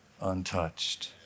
untouched